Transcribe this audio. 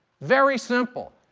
very simple.